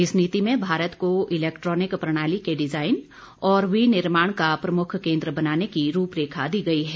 इस नीति में भारत को इलेक्ट्रॉनिक प्रणाली के डिजाइन और विनिर्माण का प्रमुख केन्द्र बनाने की रूपरेखा दी गई है